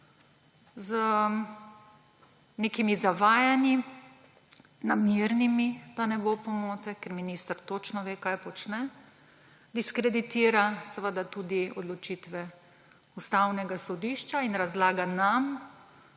z nekimi namernimi zavajanji, da ne bo pomote, ker minister točno ve, kaj počne, diskreditira tudi odločitve Ustavnega sodišča in razlaga nam,